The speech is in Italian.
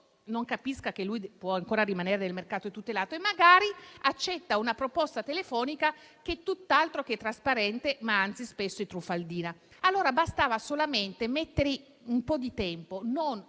non capisca che può ancora rimanere nel mercato tutelato e magari accetti una proposta telefonica tutt'altro che trasparente, ma anzi spesso truffaldina. Bastava solamente dare un po' di tempo -